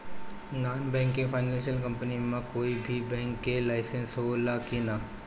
Non banking financial company मे कोई भी बैंक के लाइसेन्स हो ला कि ना?